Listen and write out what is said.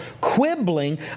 quibbling